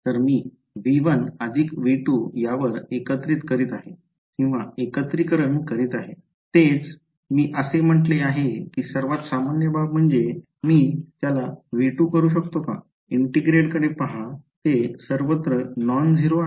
तर मी V1V2 यावर एकत्रीकरण करीत आहे तेच मी असे म्हटले आहे की सर्वात सामान्य बाब म्हणजे मी त्याला V2 करू शकतो का इंटीग्रेड कडे पहा ते सर्वत्र नॉन झिरो आहे का